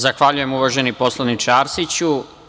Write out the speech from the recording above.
Zahvaljujem, uvaženi poslaniče Arsiću.